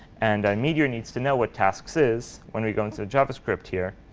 and meteor needs to know what tasks is when we go into the javascript here.